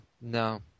No